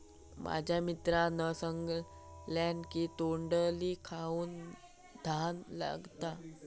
माझ्या मित्रान सांगल्यान की तोंडली खाऊक छान लागतत